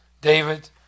David